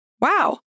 wow